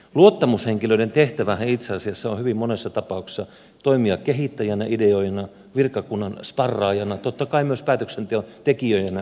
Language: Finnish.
luottamushenkilöiden tehtävähän itse asiassa on hyvin monessa tapauksessa toimia kehittäjänä ideoijana virkakunnan sparraajana totta kai myös päätöksenteon tekijöinä ja ohjaajana